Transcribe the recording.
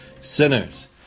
sinners